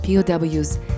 POWs